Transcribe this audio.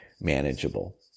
manageable